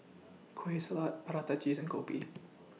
Kueh Salat Prata Cheese and Kopi